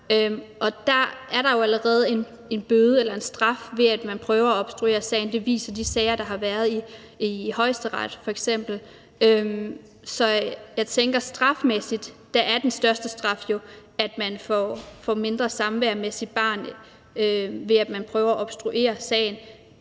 der jo allerede en bøde eller en straf ved det, når man prøver at obstruere sagen; det viser f.eks. de sager, der har været i Højesteret. Så jeg tænker, at strafmæssigt er den største straf jo, at man får mindre samvær med sit barn, når man prøver at obstruere sagen.